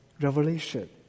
revelation